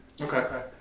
Okay